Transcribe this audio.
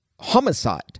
Homicide